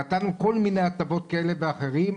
נתנו כל מיני הטבות כאלה ואחרות,